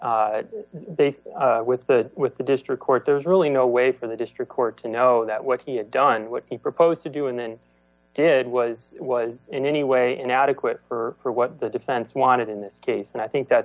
colloquy with but with the district court there's really no way for the district court to know that what he had done what he proposed to do and then did was was in any way inadequate for what the defense wanted in this case and i think that